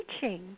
teaching